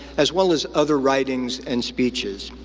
as well as other writings and speeches.